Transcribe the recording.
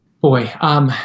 Boy